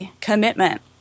commitment